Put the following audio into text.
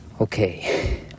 Okay